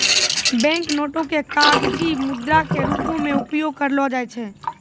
bank नोटो के कागजी मुद्रा के रूपो मे उपयोग करलो जाय छै